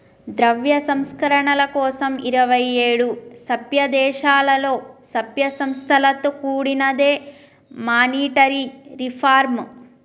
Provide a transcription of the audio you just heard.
ద్రవ్య సంస్కరణల కోసం ఇరవై ఏడు సభ్యదేశాలలో, సభ్య సంస్థలతో కూడినదే మానిటరీ రిఫార్మ్